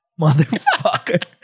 motherfucker